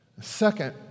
Second